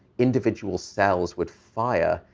individual cells would fire,